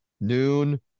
noon